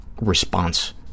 response